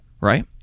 Right